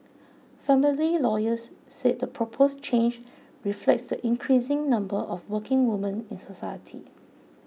family lawyers said the proposed change reflects the increasing number of working women in society